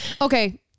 okay